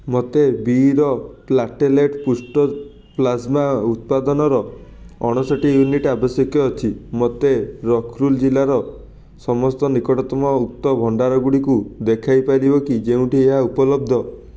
ମୋତେ ବି ର ପ୍ଲାଟେଲେଟ୍ ପୁଷ୍ଟ ପ୍ଲାଜମା ଉପାଦାନର ଅଣଷଠି ୟୁନିଟ୍ ଆବଶ୍ୟକ ଅଛି ମୋତେ ଉଖ୍ରୁଲ୍ ଜିଲ୍ଲାର ସମସ୍ତ ନିକଟତମ ଉକ୍ତ ଭଣ୍ଡାରଗୁଡ଼ିକୁ ଦେଖାଇ ପାରିବ କି ଯେଉଁଠି ଏହା ଉପଲବ୍ଧ